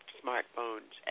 smartphones